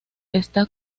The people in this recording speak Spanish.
está